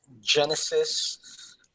Genesis